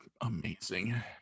amazing